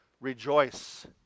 rejoice